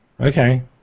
Okay